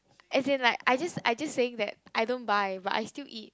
as in like I just I just saying that I don't buy but I still eat